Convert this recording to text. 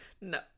No